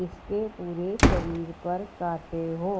जिसके पूरे शरीर पर काँटे हों